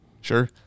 Sure